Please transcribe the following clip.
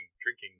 drinking